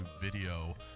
video